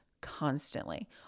constantly